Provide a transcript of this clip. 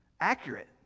accurate